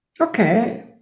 Okay